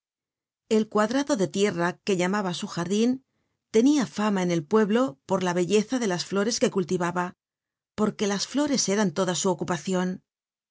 el cuadrado de tierra que llamaba su jardin tenia fama en el pueblo polla belleza de las llores que cultivaba porque las flores eran toda su ocupacion